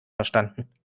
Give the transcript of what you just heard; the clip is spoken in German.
verstanden